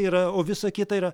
yra o visa kita yra